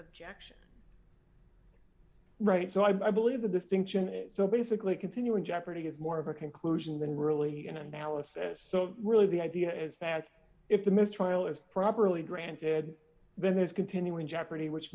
objection right so i believe the distinction so basically continuing jeopardy is more of a conclusion than really an analysis so really the idea is that if the mistrial is properly granted then there's continuing jeopardy which